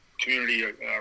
community